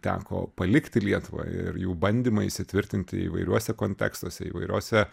teko palikti lietuvą ir jų bandymai įsitvirtinti įvairiuose kontekstuose įvairiose